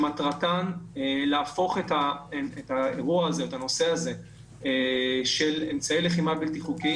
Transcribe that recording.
שמטרתן להפוך את הנושא הזה של אמצעי לחימה בלתי חוקיים